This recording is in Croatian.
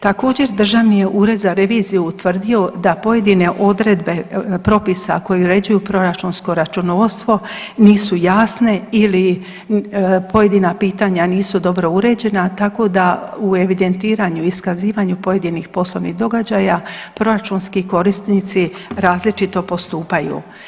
Također, Državni je ured za reviziju utvrdio da pojedine odredbe propisa koji uređuju proračunsko računovodstvo nisu jasne ili pojedina pitanja nisu dobro uređena tako da u evidentiranju i iskazivanju pojedinih poslovnih događaja proračunski korisnici različito postupaju.